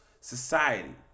society